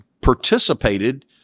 participated